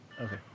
okay